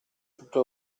tutta